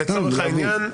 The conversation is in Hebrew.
לצורך העניין,